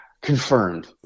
confirmed